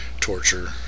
Torture